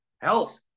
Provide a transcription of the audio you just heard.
Health